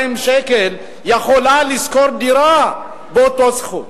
שקל בשכר דירה יכולה לשכור דירה באותו סכום?